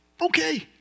Okay